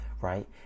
right